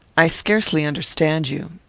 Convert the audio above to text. i scarcely understand you.